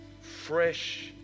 fresh